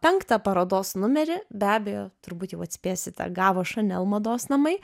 penktą parodos numerį be abejo turbūt jau atspėsite gavo chanel mados namai